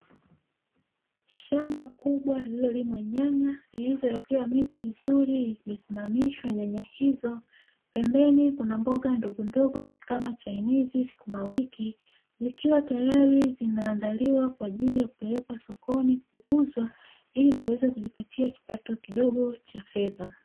Shamba kubwa lililolimwa nyanya, zilizowekewa miti mizuri imesimamisha nyanya hizo. Pembeni kuna mboga ndogondogo kama chainizi, sukumawiki, zikiwa tayari zinaandaliwa kwa ajili ya kupelekwa sokoni kuuzwa ili kuweza kujipatia kipato kidogo cha fedha.